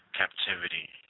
captivity